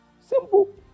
Simple